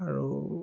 আৰু